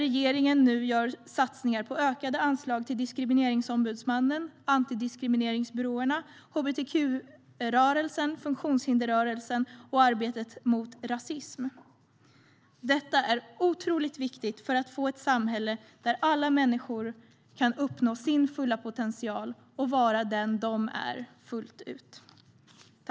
Regeringen ökar anslagen till Diskrimineringsombudsmannen, antidiskrimineringsbyråerna, hbtq-rörelsen, funktionshinderrörelsen och till arbetet mot rasism. Det är viktigt för att vi ska få ett samhälle där alla människor kan uppnå sin fulla potential och vara dem de är fullt ut.